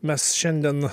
mes šiandien